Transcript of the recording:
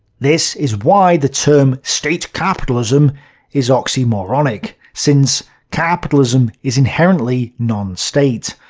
this is why the term state capitalism is oxymoronic, since capitalism is inherently non-state.